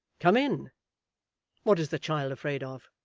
come in what is the child afraid of